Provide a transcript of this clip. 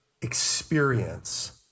experience